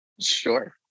Sure